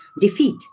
defeat